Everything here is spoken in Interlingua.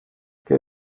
que